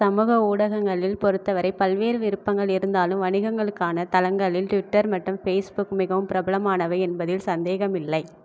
சமூக ஊடகங்களில் பொறுத்தவரை பல்வேறு விருப்பங்கள் இருந்தாலும் வணிகங்களுக்கான தளங்களில் ட்விட்டர் மற்றும் ஃபேஸ்புக் மிகவும் பிரபலமானவை என்பதில் சந்தேகம் இல்லை